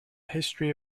history